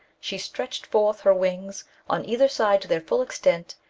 she stretched forth her wings on either side to their fall extent,